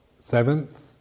seventh